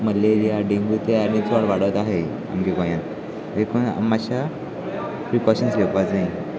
malaria dengue ते आनी चड वाडत आसा आमगे गोंयांत देखून मातशा प्रिकोशन्स घेवपाक जाय